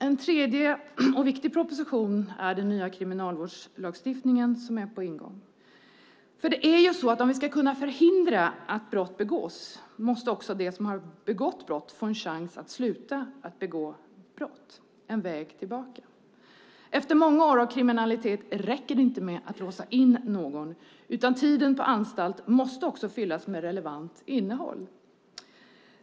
En tredje och viktig proposition gäller den nya kriminalvårdslagstiftningen som är på ingång. Om vi ska kunna förhindra att brott begås måste också de som har begått brott få en chans att sluta att begå brott. Det ska finnas en väg tillbaka. Efter många år av kriminalitet räcker det inte med att låsa in någon, utan tiden på anstalt måste också fyllas med relevant innehåll.